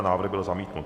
Návrh byl zamítnut.